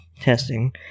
testing